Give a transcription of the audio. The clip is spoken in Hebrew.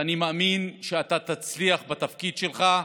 ואני מאמין שתצליח בתפקיד שלך,